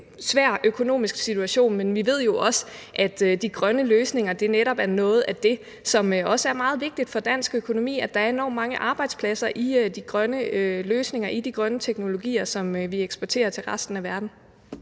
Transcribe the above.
svær økonomisk situation, men vi ved jo også, at de grønne løsninger netop er noget af det, som også er meget vigtigt for dansk økonomi. Der er enormt mange arbejdspladser i de grønne løsninger, i de grønne teknologier, som vi eksporterer til resten af verden.